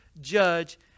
judge